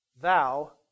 thou